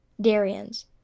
darians